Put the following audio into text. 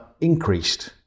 increased